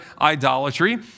idolatry